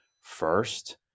first